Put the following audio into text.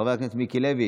חבר הכנסת מיקי לוי